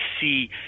see